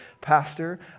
pastor